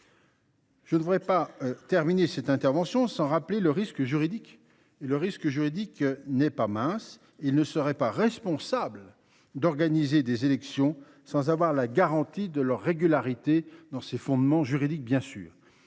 Je ne voudrais pas terminer cette intervention sans rappeler que le risque juridique n’est pas mince. Il ne serait pas responsable d’organiser des élections sans avoir la garantie de la régularité de leurs fondements juridiques. Cette